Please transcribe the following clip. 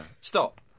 Stop